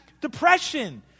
depression